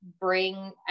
bring